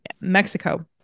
Mexico